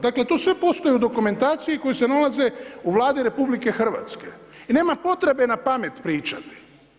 Dakle, tu sve postoji u dokumentaciji koje se nalaze u Vladi RH i nema potrebe napamet pričati.